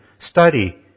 study